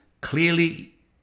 clearly